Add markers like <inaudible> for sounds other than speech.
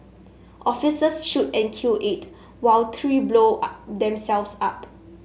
officers shoot and kill eight while three blow <unintelligible> themselves up